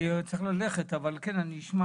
אני עוד מעט צריך ללכת, אבל כן, אני אשמע.